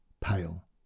pale